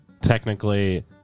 technically